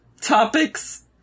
topics